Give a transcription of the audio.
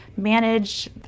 manage